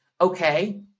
okay